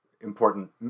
important